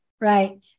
right